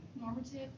normative